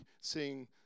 seeing